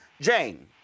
Jane